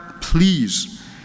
please